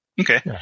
Okay